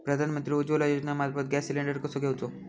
प्रधानमंत्री उज्वला योजनेमार्फत gas cylinder कसो घेऊचो?